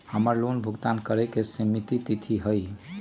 हमर लोन भुगतान करे के सिमित तिथि का हई?